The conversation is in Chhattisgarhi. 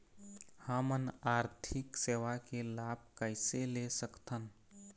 हमन आरथिक सेवा के लाभ कैसे ले सकथन?